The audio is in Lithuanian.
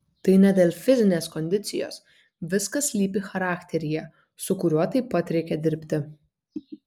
tai ne dėl fizinės kondicijos viskas slypi charakteryje su kuriuo taip pat reikia dirbti